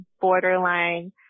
borderline